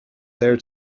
there